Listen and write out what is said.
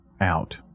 out